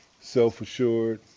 self-assured